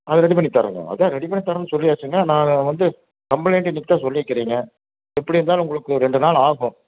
அதை ரெடி பண்ணி தர்றங்க அதான் ரெடி பண்ணி தர்றோன்னு சொல்லியாச்சுங்க நான் வந்து கம்ப்ளைண்டு இன்னிக்குதான் சொல்லி இருக்கிறீங்க எப்படி இருந்தாலும் உங்களுக்கு ரெண்டு நாள் ஆகும்